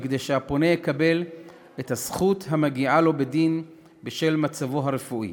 כדי שהפונה יקבל את הזכות המגיעה לו בדין בשל מצבו הרפואי.